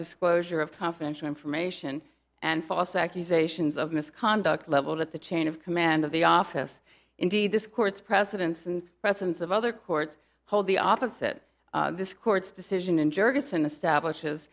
disclosure of confidential information and false accusations of misconduct leveled at the chain of command of the office indeed this court's precedents and presence of other courts hold the opposite this court's decision